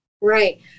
Right